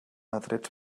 atrets